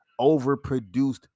overproduced